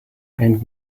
and